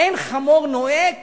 "אין חמור נוהק